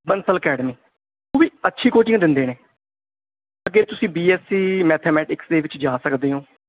Bansal academy ਉਹ ਵੀ ਅੱਛੀ ਕੋਚਿੰਗ ਦਿੰਦੇ ਨੇ ਅੱਗੇ ਤੁਸੀਂ ਬੀਐੱਸਸੀ ਮੈਥਮੈਟਿਕਸ ਦੇ ਵਿੱਚ ਜਾ ਸਕਦੇ ਹੋ